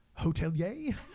hotelier